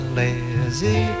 lazy